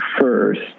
First